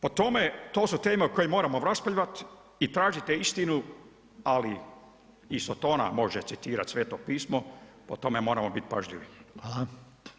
Po tome, to su teme o kojima moramo raspravljat i tražite istinu, ali i sotona može citirat Sveto pismo, po tome moramo biti pažljivi.